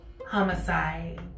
Homicide